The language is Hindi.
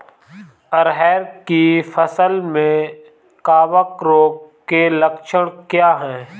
अरहर की फसल में कवक रोग के लक्षण क्या है?